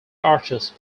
arches